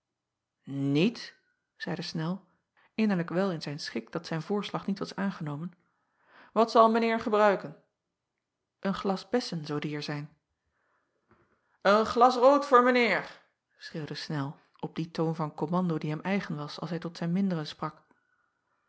iet zeide nel innerlijk wel in zijn schik dat zijn voorslag niet was aangenomen at zal mijn eer gebruiken en glas bessen zoo er die zijn en glas rood voor mijn eer schreeuwde nel op dien toon van kommando die hem eigen was als hij tot zijn minderen sprak